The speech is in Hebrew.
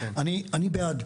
אני בעד,